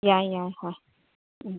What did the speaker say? ꯌꯥꯏ ꯌꯥꯏ ꯍꯣꯏ ꯎꯝ